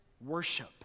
worship